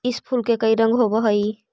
इस फूल के कई रंग होव हई